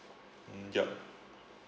mm yup